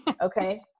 Okay